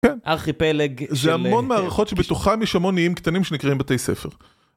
ארכי פלג זה המון מערכות שבתוכה יש המון איים קטנים שנקראים בתי ספר.